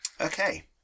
Okay